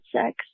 sex